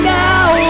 now